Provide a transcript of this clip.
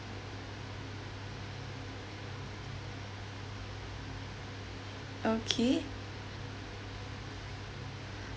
okay